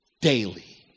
daily